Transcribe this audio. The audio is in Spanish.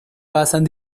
pasan